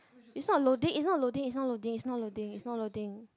its not loading its not loading its not loading its not loading its not loading